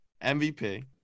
MVP